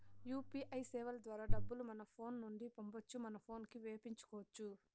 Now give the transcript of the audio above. UPI సేవల ద్వారా డబ్బులు మన ఫోను నుండి పంపొచ్చు మన పోనుకి వేపించుకొచ్చు